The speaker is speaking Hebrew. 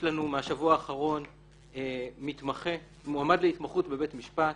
מהשבוע האחרון יש לנו מועמד להתמחות בבית משפט